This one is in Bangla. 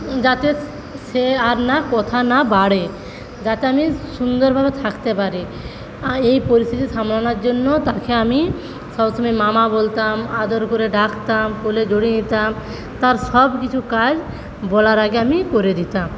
যাতে সে আর না কথা না বাড়ে যাতে আমি সুন্দরভাবে থাকতে পারি আর এই পরিস্থিতি সামলানোর জন্য তাকে আমি সবসময় মা মা বলতাম আদর করে ডাকতাম কোলে জড়িয়ে নিতাম তার সবকিছু কাজ বলার আগে আমি করে দিতাম